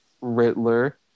Riddler